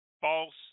false